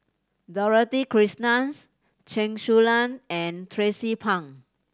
Dorothy Krishnan Chen Su Lan and Tracie Pang